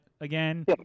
again